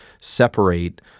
separate